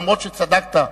אף-על-פי שצדקת,